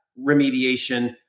remediation